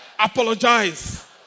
Apologize